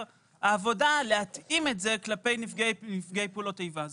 העבודה להתאים את זה כלפי נפגעי פעולות איבה.